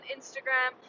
Instagram